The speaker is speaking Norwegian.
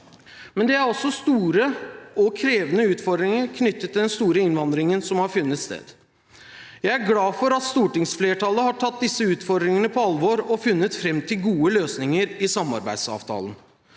Men det er også store og krevende utfordringer knyttet til den store innvandringen som har funnet sted. Jeg er glad for at stortingsflertallet har tatt disse utfordringene på alvor og funnet fram til gode løsninger i samarbeidsavtalen.